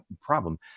problem